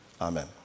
amen